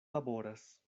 laboras